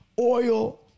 oil